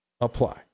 apply